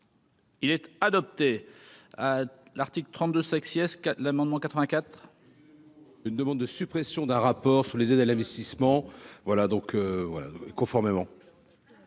Il était adopté l'article 32 sexy est que l'amendement 84. Une demande de suppression d'un rapport sur les aides à l'investissement, voilà donc voilà conformément.